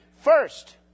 first